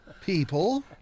people